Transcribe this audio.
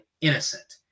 innocent